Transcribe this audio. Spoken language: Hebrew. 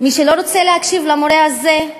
מי שלא רוצה להקשיב למורה הזה,